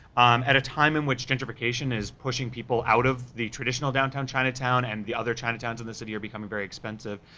at a time in which gentrification is pushing people out of the traditional downtown chinatown, and the other chinatowns in this city are becoming very expensive,